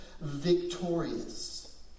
victorious